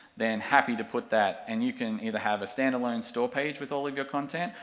then, happy to put that, and you can either have a standalone store page with all of your content,